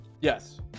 Yes